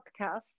podcast